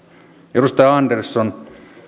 edustaja andersson